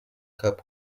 cup